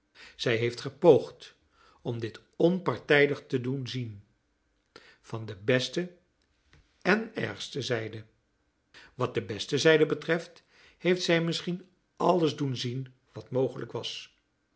zij heeft gepoogd om dit onpartijdig te doen zien van de beste en ergste zijde wat de beste zijde betreft heeft zij misschien alles doen zien wat mogelijk was